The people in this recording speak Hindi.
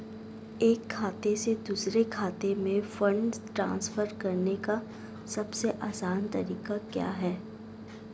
एक खाते से दूसरे खाते में फंड ट्रांसफर करने का सबसे आसान तरीका क्या है?